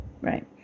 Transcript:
right